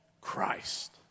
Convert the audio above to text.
Christ